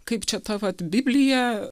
kaip čia ta vat biblija